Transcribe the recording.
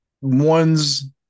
ones